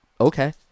okay